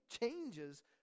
changes